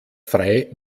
frei